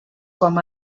com